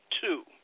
two